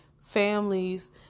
families